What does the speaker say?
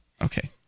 Okay